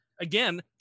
Again